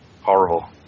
horrible